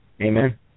Amen